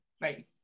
Right